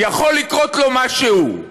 יכול לקרות לו משהו.